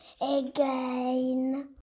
again